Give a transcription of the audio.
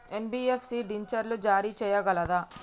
NBFC డిబెంచర్లు జారీ చేయగలదా?